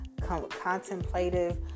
contemplative